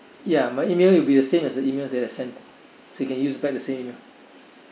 ya my email it'll be the same as the email that I sent so you can use back the same email